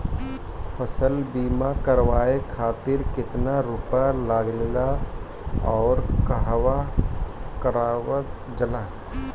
फसल बीमा करावे खातिर केतना रुपया लागेला अउर कहवा करावल जाला?